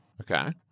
okay